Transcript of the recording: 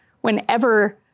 whenever